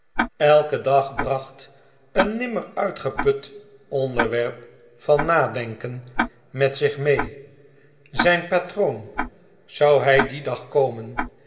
elke dag bracht een nimmer uitgeput onderwerp van nadenken met zich mee zijn patroon zou hij dien dag komen